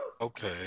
Okay